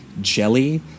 jelly